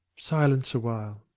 silence awhile.